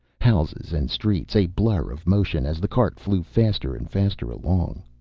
houses and streets, a blur of motion, as the cart flew faster and faster along.